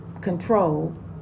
control